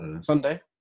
Sunday